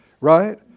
right